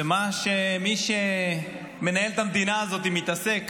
ומה שמי שמנהל את המדינה הזאת מתעסק